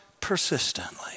persistently